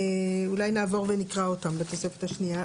אולי נעבור ונקרא אותן בתוספת השנייה.